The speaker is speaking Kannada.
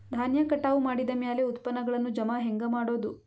ಧಾನ್ಯ ಕಟಾವು ಮಾಡಿದ ಮ್ಯಾಲೆ ಉತ್ಪನ್ನಗಳನ್ನು ಜಮಾ ಹೆಂಗ ಮಾಡೋದು?